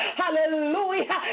hallelujah